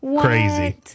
crazy